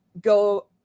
go